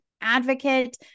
advocate